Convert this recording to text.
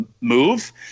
move